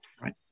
right